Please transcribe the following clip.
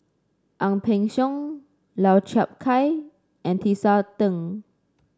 Ang Peng Siong Lau Chiap Khai and Tisa Ng